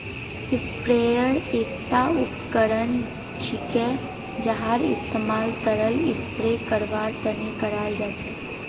sprayer एकता उपकरण छिके जहार इस्तमाल तरल स्प्रे करवार तने कराल जा छेक